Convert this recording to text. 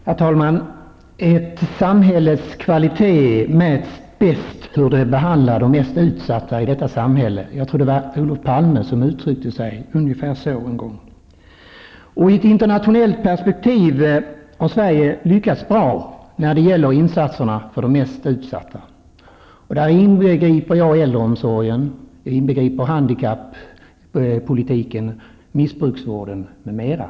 Herr talman! Ett samhälles kvalitet mäts bäst om man ser på hur det behandlar de mest utsatta i samhället. Jag tror att det var Olof Palme som en gång uttryckte sig ungefär på det sättet. I ett internationellt perspektiv har Sverige lyckats bra när det gäller insatser för de mest utsatta. Här inbegriper jag äldreomsorgen, handikappolitiken, missbrukarvården m.m.